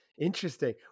Interesting